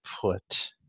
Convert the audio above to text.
put